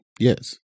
yes